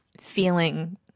feeling